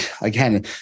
again